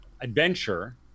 adventure